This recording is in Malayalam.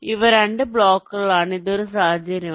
ഇവ 2 ബ്ലോക്കുകളാണ് ഇത് ഒരു സാഹചര്യമാണ്